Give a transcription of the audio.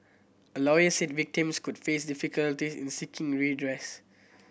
a lawyer said victims could face difficulty in seeking redress